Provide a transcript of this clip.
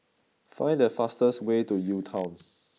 find the fastest way to UTown